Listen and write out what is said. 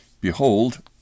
Behold